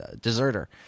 deserter